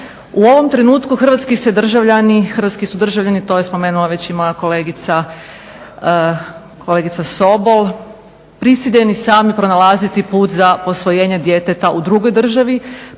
U ovom trenutku hrvatski su državljani to je spomenula i moja kolegica Sobol, prisiljeni sami pronalaziti put za posvojenje djeteta u drugoj državi